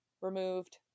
removed